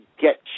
get